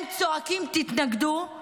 הם צועקים: תתנגדו,